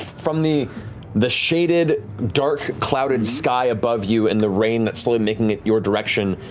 from the the shaded, dark clouded sky above you and the rain that's slowly making it your direction,